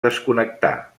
desconnectar